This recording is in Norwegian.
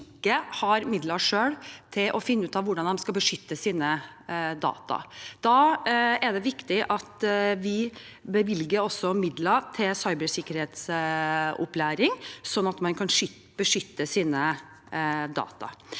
ikke har midler selv til å finne ut av hvordan man skal beskytte sine data. Da er det viktig at vi bevilger midler til cybersikkerhetsopplæring, sånn at man kan beskytte sine data.